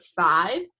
five